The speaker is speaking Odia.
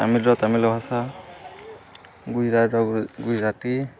ତାମିଲର ତାମିଲ ଭାଷା ଗୁଜୁରାଟର ଗୁଜୁରାତି